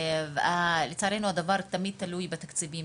אבל לצערנו הדבר הזה תמיד תקוע בתקציבים.